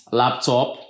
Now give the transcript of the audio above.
laptop